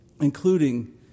including